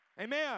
Amen